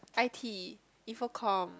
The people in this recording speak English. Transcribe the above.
i_t info comm